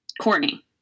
Courtney